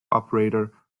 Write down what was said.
operator